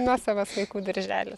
nuosavas vaikų darželis